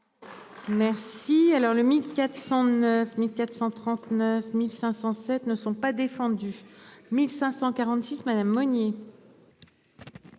Si alors le 1409 1439 1507 ne sont pas défendus 1546 Madame Monnier.